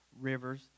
rivers